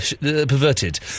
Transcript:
perverted